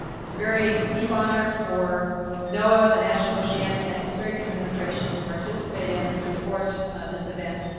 it's a very deep honor for noaa, the national oceanic and atmospheric administration to participate in, support this event.